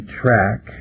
track